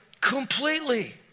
completely